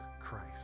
Christ